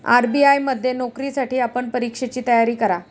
RBI मध्ये नोकरीसाठी आपण परीक्षेची तयारी करा